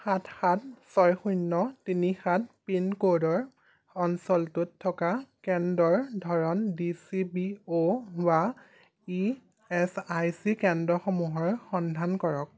সাত সাত ছয় শূন্য তিনি সাত পিনক'ডৰ অঞ্চলটোত থকা কেন্দ্ৰৰ ধৰণ ডি চি বি অ' হোৱা ই এছ আই চি কেন্দ্ৰসমূহৰ সন্ধান কৰক